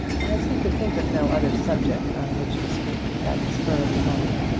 as he could think of no other subject on which to speak at the spur of the moment,